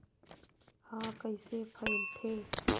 ह कइसे फैलथे?